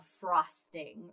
frosting